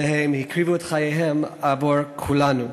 והם הקריבו את חייהם עבור כולנו.